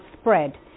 spread